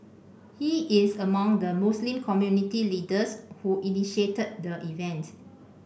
he is among the Muslim community leaders who initiated the event